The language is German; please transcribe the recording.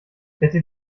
bitte